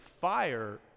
fire